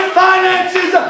finances